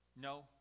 No